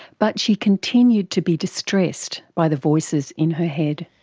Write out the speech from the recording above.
but she continued to be distressed by the voices in her head.